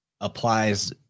applies